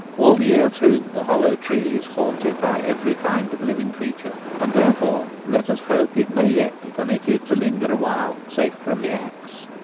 all the year through the hollow tree is haunted by every kind of living creature, and therefore let us hope it may yet be permitted to linger awhile safe from the axe.